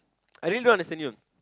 I really don't understand you